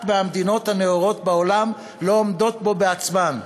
מהמדינות הנאורות בעולם לא עומדות בהם בעצמן?